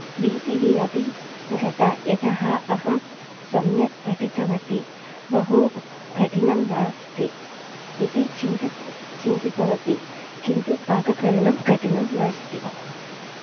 भीतिः अपि गता यतः अहं सम्यक् पठितवति बहु कठिनं नास्ति इति चिन्तित् चिन्तितवति कितु पाककरणं कठिनं नास्ति